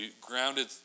grounded